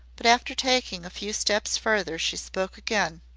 but after taking a few steps farther she spoke again.